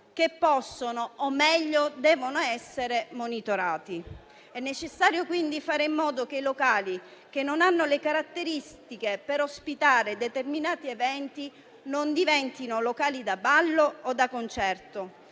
che possono o, meglio, devono essere monitorati. È necessario quindi fare in modo che i locali che non hanno le caratteristiche per ospitare determinati eventi non diventino locali da ballo o da concerto,